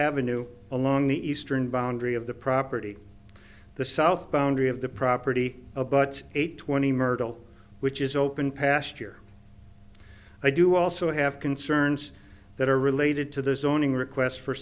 avenue along the eastern boundary of the property the south boundary of the property abut eight twenty myrtle which is open past year i do also have concerns that are related to the zoning request for